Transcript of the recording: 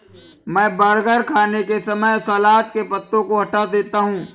मैं बर्गर खाने के समय सलाद के पत्तों को हटा देता हूं